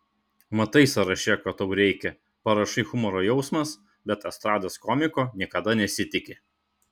matai sąraše ko tau reikia parašai humoro jausmas bet estrados komiko niekada nesitiki